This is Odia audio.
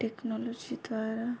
ଟେକ୍ନୋଲୋଜି ଦ୍ୱାରା